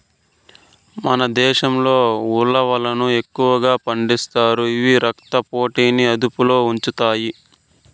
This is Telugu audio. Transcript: మన దేశంలో ఉలవలను ఎక్కువగా పండిస్తారు, ఇవి రక్త పోటుని అదుపులో ఉంచుతాయి